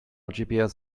gps